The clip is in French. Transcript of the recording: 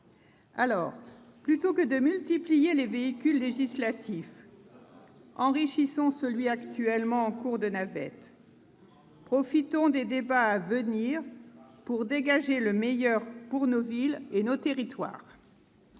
Alors, plutôt que de multiplier les véhicules législatifs, enrichissons celui qui est en cours de navette. Profitons des débats à venir pour dégager le meilleur pour nos villes et nos territoires